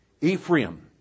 Ephraim